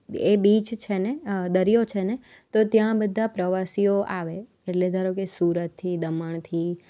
એ beach છે ને દરિયો છે ને તો ત્યાં બધા પ્રવાસીઓ આવે એટલે ધારો કે સુરતથી દમણથી